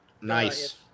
Nice